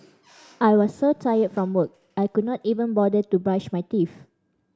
I was so tired from work I could not even bother to brush my teeth